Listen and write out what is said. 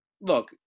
look